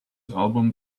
album